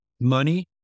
money